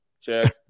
check